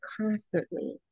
constantly